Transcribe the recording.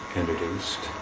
introduced